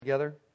together